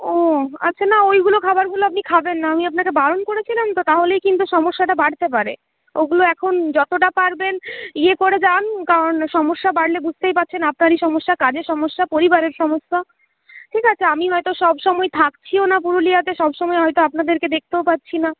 ও আচ্ছা না ওইগুলো খাবারগুলো আপনি খাবেন না আমি আপনাকে বারণ করেছিলাম তো তাহলেই কিন্তু সমস্যাটা বাড়তে পারে ওগুলো এখন যতটা পারবেন ইয়ে করে যান কারণ সমস্যা বাড়লে বুঝতেই পারছেন আপনারই সমস্যা কাজের সমস্যা পরিবারের সমস্যা ঠিক আছে আমি হয়তো সবসময় থাকছিও না পুরুলিয়াতে সবসময় হয়তো আপনাদেরকে দেখতেও পাচ্ছি না